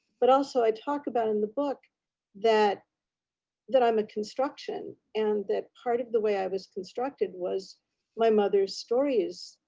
but also i talk about in the book that that i'm a construction. and that part of the way i was constructed was my mother's stories.